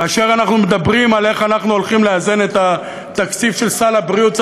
כאשר אנחנו מדברים על איך אנחנו הולכים לאזן את התקציב של סל הבריאות,